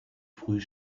früh